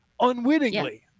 unwittingly